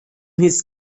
his